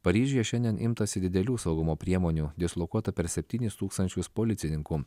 paryžiuje šiandien imtasi didelių saugumo priemonių dislokuota per septynis tūkstančius policininkų